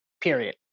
period